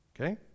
Okay